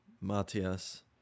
Matias